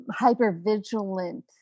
hypervigilant